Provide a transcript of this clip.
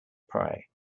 prey